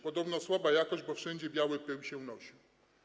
Podobno słaba jakość, bo wszędzie biały pył się unosił.